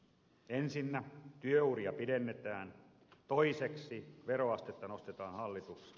ensinnä työuria pidennetään toiseksi veroastetta nostetaan hallitusti